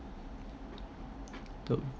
don't